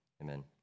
amen